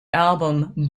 album